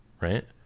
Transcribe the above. right